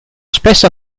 spesso